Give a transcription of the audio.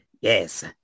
yes